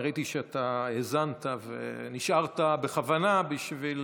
אני ראיתי שאתה האזנת ונשארת בכוונה בשביל